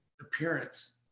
appearance